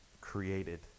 created